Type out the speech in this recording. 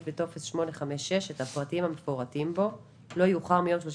בטופס 0856 את הפרטים המפורטים בו לא יאוחר מיום 31